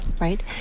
right